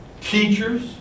teachers